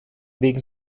wegen